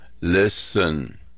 Listen